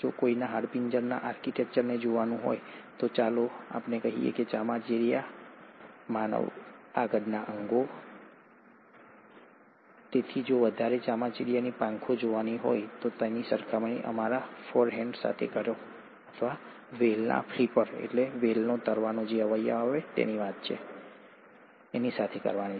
જો કોઈના હાડપિંજરના આર્કિટેક્ચરને જોવાનું હોય તો ચાલો કહીએ ચામાચીડિયા માનવ આગળના અંગો તેથી જો તમારે ચામાચીડિયાની પાંખો જોવાની હોય તો તેની સરખામણી અમારા ફોરહેન્ડ્સ સાથે કરો અથવા વ્હેલના ફ્લિપર તરવાનો અવયવ સાથે કરો